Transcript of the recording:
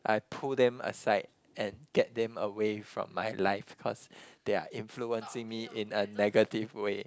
I pull them aside and get them away from my life cause they are influencing my in a negative way